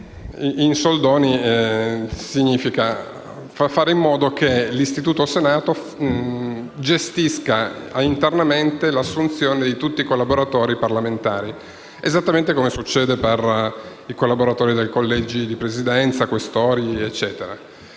In soldoni, ciò significa fare in modo che l'istituzione Senato gestisca internamente l'assunzione di tutti i collaboratori parlamentari, esattamente come succede per i collaboratori del Consiglio di Presidenza, del Collegio